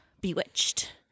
bewitched